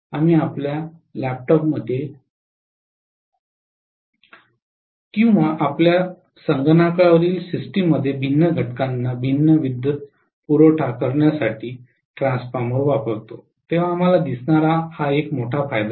आम्ही आपल्या लॅपटॉपमध्ये किंवा आपल्या संगणकावरील सिस्टममध्ये भिन्न घटकांना भिन्न विद्युत पुरवठा करण्यासाठी ट्रान्सफॉर्मर वापरतो तेव्हा आम्हाला दिसणारा हा एक मोठा फायदा आहे